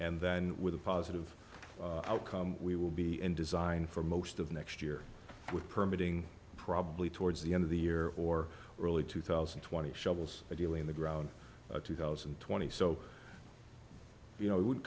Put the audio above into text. and then with a positive outcome we will be in design for most of next year with permuting probably towards the end of the year or early two thousand and twenty shovels ideally in the ground two thousand and twenty so you know it would